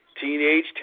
teenage